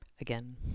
again